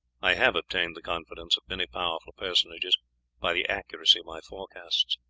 i have obtained the confidence of many powerful personages by the accuracy of my forecasts.